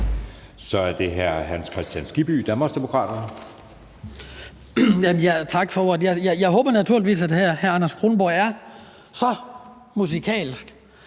Kl. 12:49 Hans Kristian Skibby (DD): Tak for ordet. Jeg håber naturligvis, at hr. Anders Kronborg er så musikalsk,